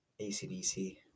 ACDC